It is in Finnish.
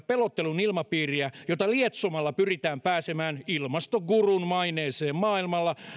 pelottelun ilmapiiriä jota lietsomalla pyritään pääsemään ilmastogurun maineeseen maailmalla